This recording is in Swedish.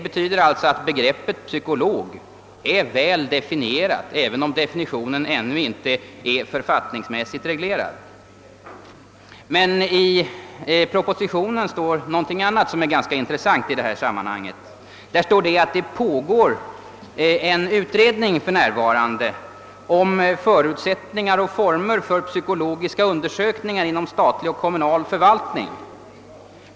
Begreppet »psykolog» torde alltså i dagens läge vara väl definierat, även om definitionen ännu inte är författningsmässigt reglerad. I propositionen anförs något som är ganska intressant i detta sammanhang. Det heter där att det för närvarande pågår en utredning om förutsättningar och former för psykologiska undersökningar inom statlig och kommunal förvaltning.